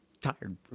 tired